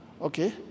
Okay